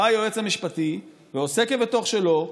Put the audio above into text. בא היועץ המשפטי ועושה כבתוך שלו,